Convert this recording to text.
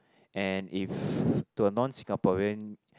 and if to a non Singaporean